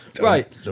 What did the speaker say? Right